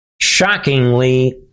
shockingly